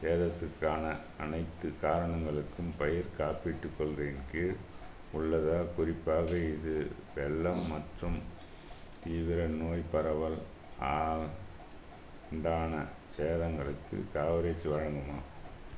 சேதத்திற்கான அனைத்து காரணங்களும் பயிர் காப்பீட்டுக் கொள்கையின் கீழ் உள்ளதா குறிப்பாக இது வெள்ளம் மற்றும் தீவிர நோய் பரவல் ஆல் உண்டான சேதங்களுக்கு கவரேஜ் வழங்குமா